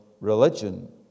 religion